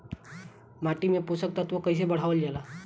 माटी में पोषक तत्व कईसे बढ़ावल जाला ह?